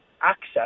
access